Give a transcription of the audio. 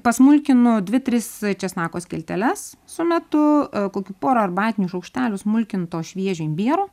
pasmulkinu dvi tris česnako skilteles sumetu kokių porą arbatinių šaukštelių smulkinto šviežio imbiero